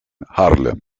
harlem